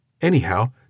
Anyhow